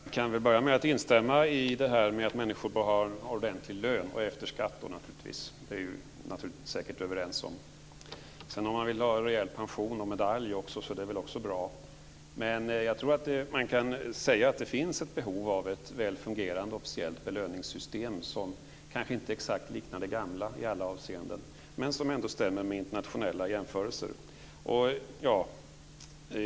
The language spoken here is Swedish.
Herr talman! Jag kan börja med att instämma i att människor bör ha en ordentlig lön efter skatt. Det är vi säkert överens om. Om man sedan vill ha en rejäl pension och en medalj är väl det också bra. Jag tror att man kan säga att det finns ett behov av ett väl fungerande officiellt belöningssystem som kanske inte exakt liknar det gamla i alla avseenden men som ändå stämmer med internationella jämförelser.